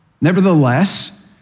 Nevertheless